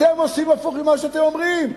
אתם עושים הפוך ממה שאתם אומרים,